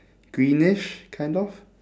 greenish kind of